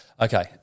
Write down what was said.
okay